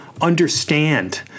understand